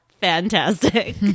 Fantastic